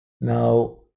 Now